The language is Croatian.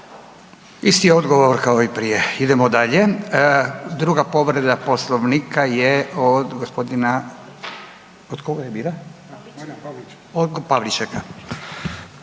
Isti odgovor kao i prije. Idemo dalje, druga povreda Poslovnika je od gospodina, od koja je bila, od Pavličeka.